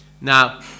Now